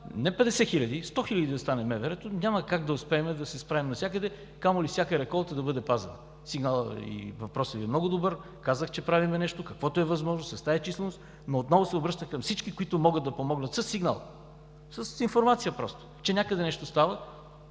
и 100 хиляди да стане МВР, няма как да успеем да се справим навсякъде, камо ли всяка реколта да бъде пазена. Сигналът и въпросът Ви е много добър. Казах, че правим каквото е възможно с тази численост, но отново се обръщам към всички, които могат да помогнат със сигнал, с информация, че някъде нещо става.